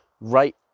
right